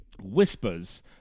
whispers